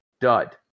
dud